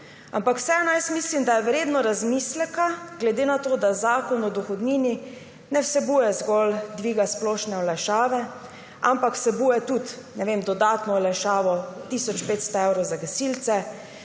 Ampak vseeno mislim, da je vredno razmisleka, glede na to, da Zakon o dohodnini ne vsebuje zgolj dviga splošne olajšave, ampak vsebuje tudi, ne vem, dodatno olajšavo tisoč 500 evrov za gasilce,